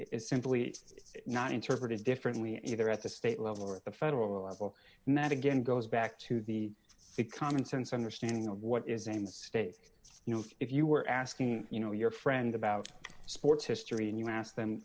is simply not interpreted differently either at the state level or at the federal level and that again goes back to the commonsense understanding of what is aimed state you know if you were asking you know your friend about sports history and you ask